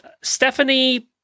Stephanie